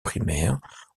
primaire